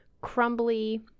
crumbly